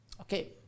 Okay